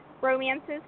romances